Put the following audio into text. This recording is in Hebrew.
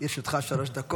מה הבעיה?